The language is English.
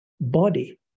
body